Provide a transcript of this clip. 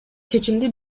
чечимди